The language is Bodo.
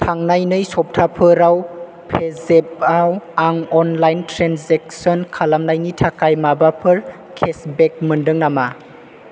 थांनाय नै सप्ताफोराव पेजेफआव आं अनलाइन ट्रेन्जेकसन खालामनायनि थाखाय माबाफोर केशबेक मोन्दों नामा